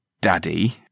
daddy